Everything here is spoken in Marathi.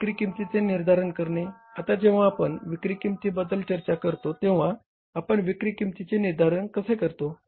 विक्री किंमतीचे निर्धारण करणे आता जेव्हा आपण विक्री किंमतीबद्दल चर्चा करता तेव्हा आपण विक्री किंमतीचे निर्धारण कसे करतो